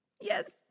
Yes